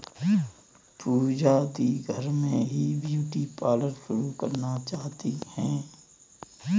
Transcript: पूजा दी घर में ही ब्यूटी पार्लर शुरू करना चाहती है